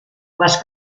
les